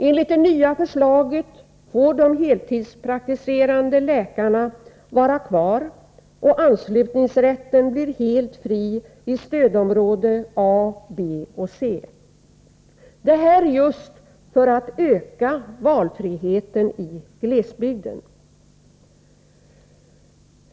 Enligt det nya förslaget får de heltidspraktiserande läkarna vara kvar, och anslutningsrätten blir helt fri i stödområde A,B och C, detta just för att öka valfriheten i glesbygden.